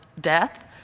death